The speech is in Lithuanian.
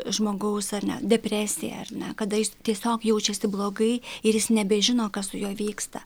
žmogaus ar ne depresija ar ne kada jis tiesiog jaučiasi blogai ir jis nebežino kas su juo vyksta